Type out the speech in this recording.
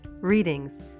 readings